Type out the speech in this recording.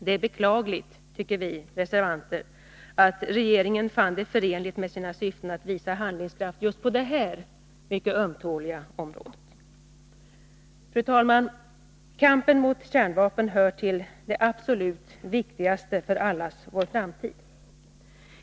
Det är beklagligt, tycker vi reservanter, att regeringen fann det förenligt med sina syften att visa handlingskraft på just detta mycket ömtåliga område. Fru talman! Kampen mot kärnvapen hör till det absolut viktigaste för allas vår framtid.